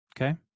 Okay